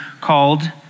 called